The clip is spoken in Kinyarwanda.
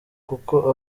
kuko